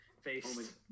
face